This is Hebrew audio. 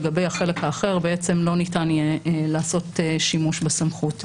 לגבי החלק האחר בעצם לא ניתן יהיה לעשות שימוש בסמכות.